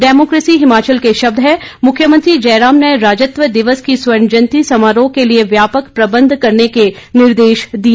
democracy Himachal के शब्द हैं मुख्यमंत्री जयराम ने राज्यत्व दिवस की स्वर्ण जयंती समारोह के लिए व्यापक प्रबंध करने के निर्देश दिए